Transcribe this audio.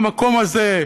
במקום הזה,